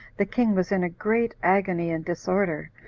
the king was in a great agony and disorder,